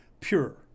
pure